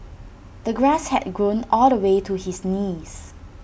the grass had grown all the way to his knees